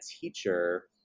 teacher